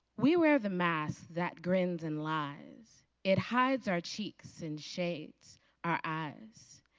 we wear the mask that grins and lies, it hides our cheeks and shades our eyes,